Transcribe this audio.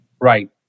Right